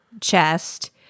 chest